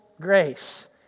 grace